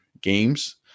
games